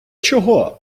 чого